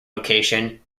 location